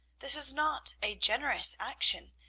this is not a generous action,